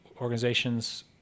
organizations